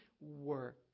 work